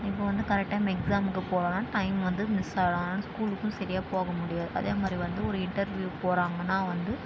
இப்போது வந்து correct time எக்ஸாமுக்கு போகலனா டைம் வந்து மிஸ் ஆகலாம் அதனால் ஸ்கூலுக்கும் சரியா போக முடியாது அதேமாதிரி வந்து ஒரு இன்டர்வியூ போறாங்கன்னா வந்து